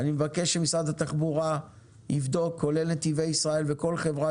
אני מבקש שמשרד התחבורה כולל את נתיבי ישראל וכל חברה